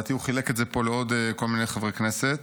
לדעתי הוא חילק אותו פה לעוד כל מיני חברי כנסת.